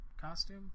costume